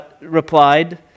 replied